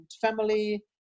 family